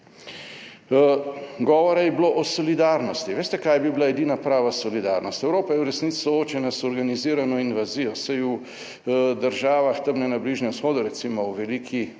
Govora je bilo o solidarnosti. Veste, kaj bi bila edina prava solidarnost? Evropa je v resnici soočena z organizirano invazijo, saj v državah tam na Bližnjem vzhodu, recimo v veliki